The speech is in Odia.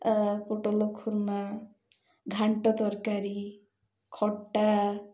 ପୋଟଲ ଖୁରୁମା ଘାଣ୍ଟ ତରକାରୀ ଖଟା